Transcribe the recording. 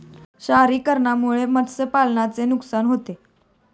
क्षारीकरणामुळे मत्स्यपालनाचे नुकसान होते